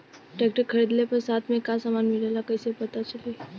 Tractor खरीदले पर साथ में का समान मिलेला कईसे पता चली?